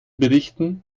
berichten